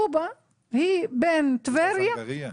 קרובה לטבריה.